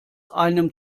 einem